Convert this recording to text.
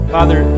Father